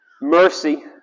mercy